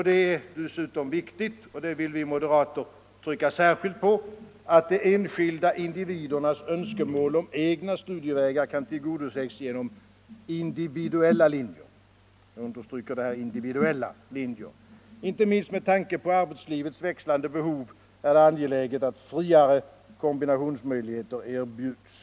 Det är dessutom viktigt — det vill vi moderater trycka särskilt på — att de enskilda individernas önskemål om egna studievägar kan tillgodoses genom individuella linjer. Inte minst med tanke på arbetslivets växlande behov är det angeläget att friare kombinationsmöjligheter erbjuds.